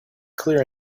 clear